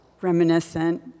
reminiscent